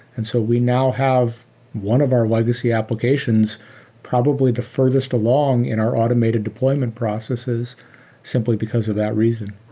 and so we now have one of our legacy applications probably the furthest along in our automated deployment processes simply because of that reason